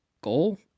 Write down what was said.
goal